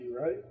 right